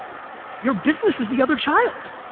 your business is the other child,